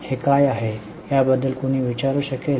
हे काय आहे याबद्दल कुणी विचार करू शकेल